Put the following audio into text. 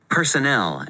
Personnel